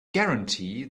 guarantee